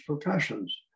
professions